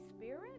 Spirit